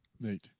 Nate